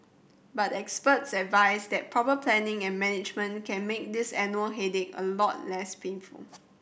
but experts advise that proper planning and management can make this headache a lot less painful